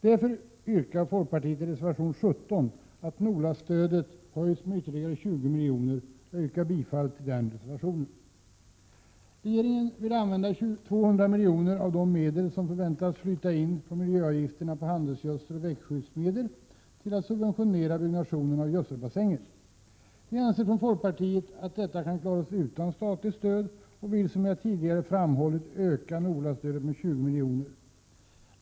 Därför yrkar folkpartiet i reservation 17 på att NOLA-stödet höjs med ytterligare 20 milj.kr. Jag yrkar bifall till den reservationen. Regeringen vill använda 200 milj.kr. av de medel som förväntas flyta in från miljöavgifterna på handelsgödsel och växtskyddsmedel till att subventionera byggnationen av gödselbassänger. Vi anser från folkpartiet att detta kan klaras av utan statligt stöd, och vi vill, som jag tidigare framhållit, öka NOLA-stödet med 20 milj.kr.